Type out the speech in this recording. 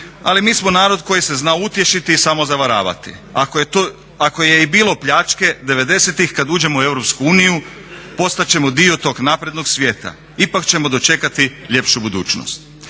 Ali mi smo narod koji se zna utješiti i samozavaravati. Ako je i bilo pljačke devedesetih kad uđemo u EU postat ćemo dio tog naprednog svijeta, ipak ćemo dočekati ljepšu budućnost.